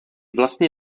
vlastně